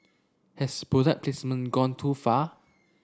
has product placement gone too far